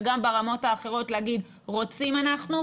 וגם ברמות האחרות להגיד: רוצים אנחנו,